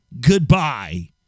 goodbye